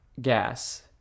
gas